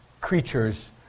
creatures